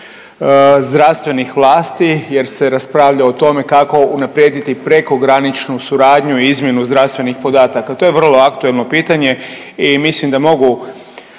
zdravstvenih vlasti jer se raspravlja o tome kako unaprijediti prekograničnu suradnju i izmjenu zdravstvenih podataka. To je vrlo aktuelno pitanje i mislim da mogu